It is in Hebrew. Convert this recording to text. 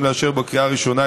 הצעת החוק עברה בקריאה ראשונה,